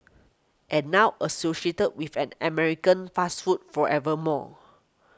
and now associated with an American fast food forever more